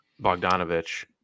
Bogdanovich